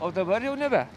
o dabar jau nebe